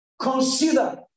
consider